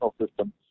system